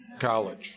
college